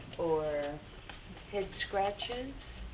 or head scratches.